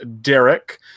Derek